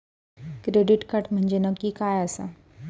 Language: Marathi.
क्रेडिट कार्ड म्हंजे नक्की काय आसा?